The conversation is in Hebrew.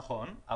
נכון.